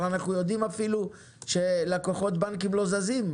הרי אנחנו יודעים אפילו שלקוחות בנקים לא זזים,